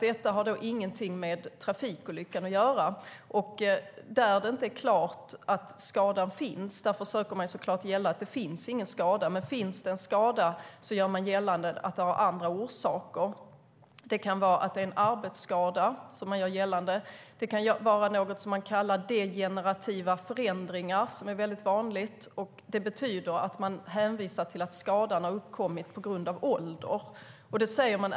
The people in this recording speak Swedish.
Där det inte är klart att skadan finns försöker läkarna såklart göra gällande att det inte finns någon skada. Om det finns en skada gör de i stället gällande att den har andra orsaker. Det kan handla om att det är en arbetsskada eller något som man kallar för degenerativa förändringar, vilket är vanligt. Det betyder att man hänvisar till att skadan har uppkommit på grund av ålder.